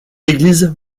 église